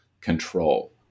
control